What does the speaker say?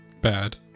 Bad